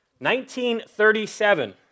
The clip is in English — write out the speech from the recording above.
1937